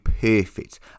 perfect